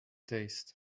taste